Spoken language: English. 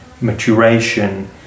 maturation